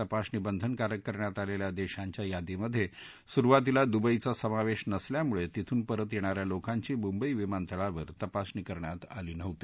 तपासणी बंधनकारक करण्यात आलेल्या देशांच्या यादीमधे सुरुवातीला दुबईचा समावेश नसल्यामुळे तिथून परत येणा या लोकांची मुंबई विमानतळावर तपासणी करण्यात आली नव्हती